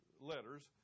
letters